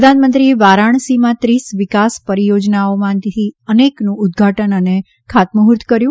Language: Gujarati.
પ્રધાનમંત્રીએ વારાણસીમાં ત્રીસ વિકાસ પરિયોજનાઓમાંથી અનેકનું ઉદઘાટન અને ખાતમૂહુર્ત કર્યું